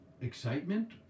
excitement